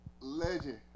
Legend